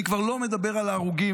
אני כבר לא מדבר על ההרוגים.